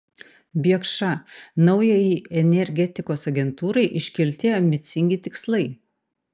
biekša naujajai energetikos agentūrai iškelti ambicingi tikslai